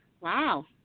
Wow